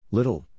Little